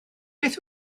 beth